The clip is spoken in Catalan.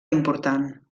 important